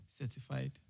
Certified